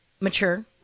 Mature